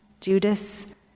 Judas